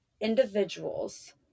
individuals